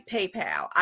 PayPal